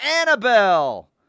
Annabelle